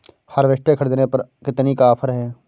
Harvester ख़रीदने पर कितनी का ऑफर है?